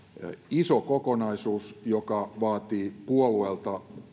iso kokonaisuus joka vaatii puolueilta